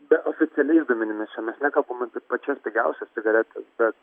be oficialiais duomenimis čia mes nekalbam apie pačias pigiausias cigaretes bet